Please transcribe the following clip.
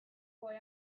boy